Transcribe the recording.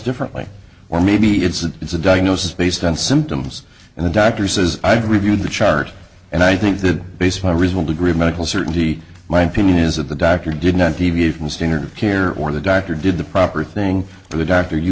differently or maybe it's a diagnosis based on symptoms and the doctor says i've reviewed the chart and i think that based my result agree medical certainty my opinion is that the doctor did not deviate from standard of care or the doctor did the proper thing for the doctor